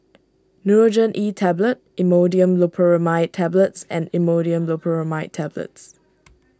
Nurogen E Tablet Imodium Loperamide Tablets and Imodium Loperamide Tablets